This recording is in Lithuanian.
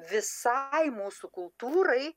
visai mūsų kultūrai